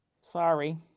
Sorry